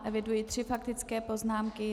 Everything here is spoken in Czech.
Eviduji tři faktické poznámky.